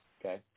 Okay